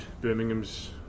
Birmingham's